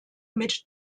mit